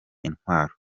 intwaro